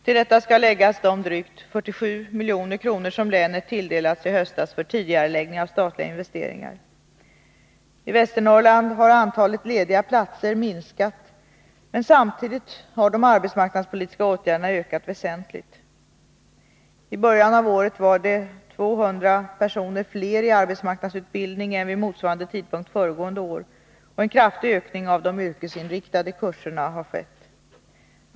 Till detta skall läggas de drygt 47 milj.kr. som länet tilldelats i höstas för tidigareläggning av statliga investeringar. I Västernorrland har antalet lediga platser minskat, men samtidigt har de arbetsmarknadspolitiska åtgärderna ökat väsentligt. I början av året var det 200 personer fler i arbetsmarknadsutbildning än vid motsvarande tidpunkt föregående år, och en kraftig ökning av de yrkesinriktade kurserna har skett.